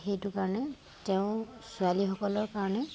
সেইটো কাৰণে তেওঁ ছোৱালীসকলৰ কাৰণে